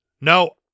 No